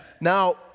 Now